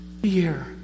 fear